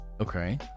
Okay